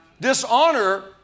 dishonor